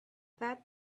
that